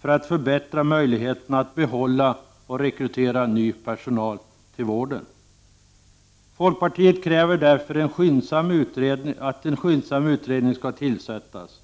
för att förbättra möjligheterna att behålla och rekrytera ny personal till vården. Vi i folkpartiet kräver därför att en utredning skyndsamt skall tillsättas.